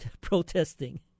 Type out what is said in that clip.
protesting